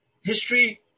History